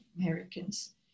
Americans